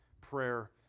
prayer